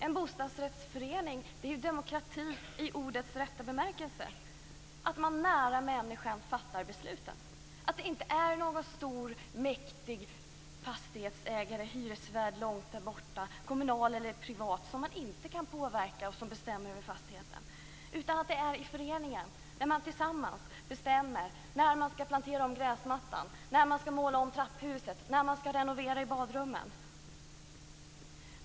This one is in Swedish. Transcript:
En bostadsrättsförening är demokrati i ordets rätta bemärkelse; att man nära människan fattar besluten, att det inte är någon stor, mäktig fastighetsägare eller hyresvärd långt därborta - kommunal eller privat - som man inte kan påverka som bestämmer över fastigheten. I stället bestämmer man tillsammans i föreningen när man skall plantera om gräsmattan, när man skall måla om trapphuset, när man skall renovera i badrummen.